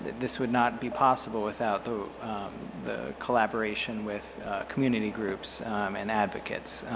this would not be possible without the the collaboration with community groups and advocates.